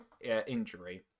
injury